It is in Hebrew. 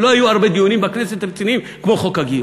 לא היו בכנסת הרבה דיונים רציניים כמו בחוק הגיוס.